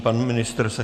Pan ministr se...